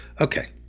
Okay